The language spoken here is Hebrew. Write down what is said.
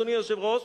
אדוני היושב-ראש,